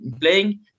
playing